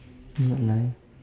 I'm not lying